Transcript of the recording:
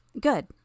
Good